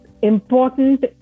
important